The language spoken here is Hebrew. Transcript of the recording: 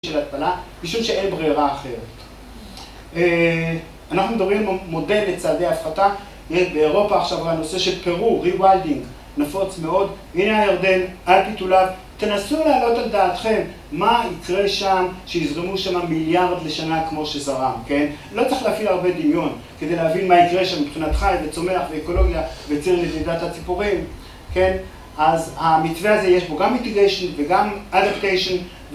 ‫של ההתפלה, ‫בשביל שאין ברירה אחרת. ‫אנחנו מדברים, ‫מודד לצעדי ההפחתה. ‫באירופה עכשיו, ‫הנושא של פירו, ריוולדינג, נפוץ מאוד. ‫הנה הירדן על פיתוליו. ‫תנסו להעלות על דעתכם ‫מה יקרה שם, שיזרמו שם מיליארד ‫לשנה כמו שזרם, כן? ‫לא צריך להפעיל הרבה דמיון ‫כדי להבין מה יקרה שם ‫מבחינת חי וצומח ואקולוגיה ‫וציר נדידת הציפורים, כן? ‫אז המתווה הזה, יש בו ‫גם אינטגריישן וגם אדפטיישן.